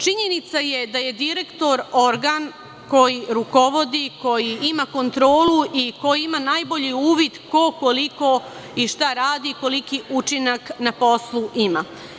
Činjenica je da je direktor organ koji rukovodi, koji ima kontrolu i koji ima najbolji uvid ko koliko i šta radi, koliki učinak na poslu ima.